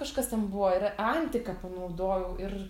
kažkas ten buvo ir antiką panaudojau ir